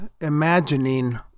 imagining